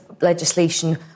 legislation